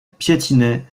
piétinait